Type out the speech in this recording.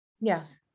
Yes